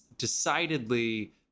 Decidedly